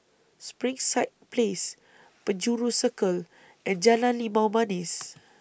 Springside Place Penjuru Circle and Jalan Limau Manis